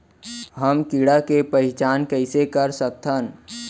हम कीड़ा के पहिचान कईसे कर सकथन